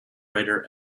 writer